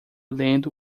lendo